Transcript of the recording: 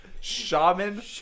Shaman